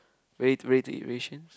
ready to ready-to-eat rations